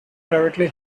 privately